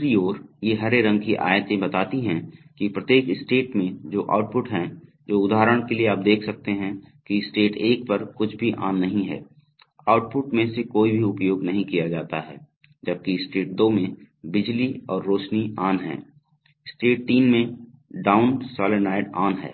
दूसरी ओर ये हरे रंग की आयतें बताती हैं कि प्रत्येक स्टेट में जो आउटपुट हैं जो उदाहरण के लिए आप देख सकते हैं कि स्टेट 1 पर कुछ भी ऑन नहीं है आउटपुट में से कोई भी उपयोग नहीं किया जाता है जबकि स्टेट 2 में बिजली और रोशनी ऑन हैं स्टेट 3 में डाउन सोलनॉइड ऑन है